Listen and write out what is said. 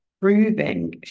proving